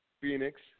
Phoenix